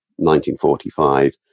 1945